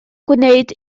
gwneud